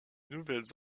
nouvelles